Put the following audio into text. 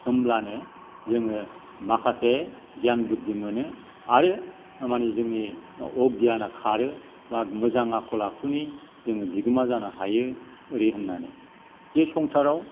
होमब्लानो जोङो माखासे गियान बुध्दि मोनो आरो माने जोंनि अगियाना खारो बा मोजां आखल आखुनि जोङो बिगोमा जानो हायो ओरै होन्नानै जे संसाराव